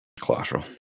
Collateral